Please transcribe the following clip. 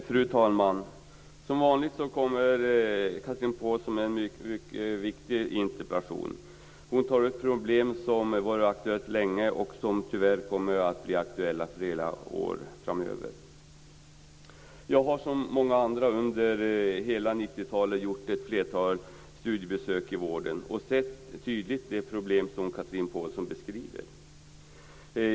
Fru talman! Som vanligt har Chatrine Pålsson ställt en mycket viktig interpellation. Hon tar upp problem som har varit aktuella länge och som tyvärr kommer att vara aktuella flera år framöver. Jag har som många andra under hela 90-talet gjort ett flertal studiebesök i vården och tydligt sett de problem som Chatrine Pålsson beskriver.